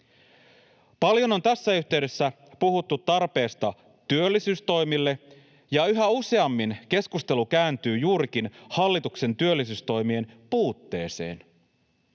Paljon on tässä yhteydessä puhuttu tarpeesta työllisyystoimille, ja yhä useammin keskustelu kääntyy juurikin hallituksen työllisyystoimien puutteeseen.